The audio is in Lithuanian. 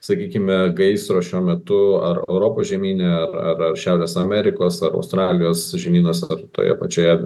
sakykime gaisro šiuo metu ar europos žemyne ar ar šiaurės amerikos ar australijos žemynuose ar toje pačioje